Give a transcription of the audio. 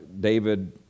David